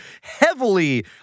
heavily